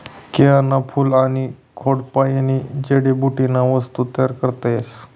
केयनं फूल आनी खोडपायीन जडीबुटीन्या वस्तू तयार करता येतीस